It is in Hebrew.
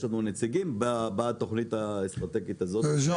יש לנו נציגים בתוכנית האסטרטגית הזאתי.